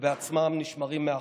ובעצמם נשמרים מאחור.